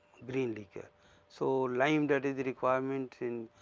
green liquor so lime that is the requirement in.